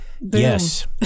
Yes